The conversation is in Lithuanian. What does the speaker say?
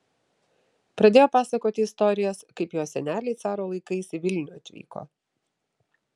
pradėjo pasakoti istorijas kaip jos seneliai caro laikais į vilnių atvyko